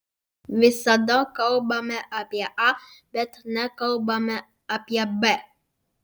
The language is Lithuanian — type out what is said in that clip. visada kalbame apie a bet nekalbame apie b